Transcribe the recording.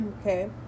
Okay